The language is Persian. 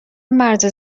مرز